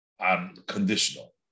unconditional